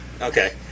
Okay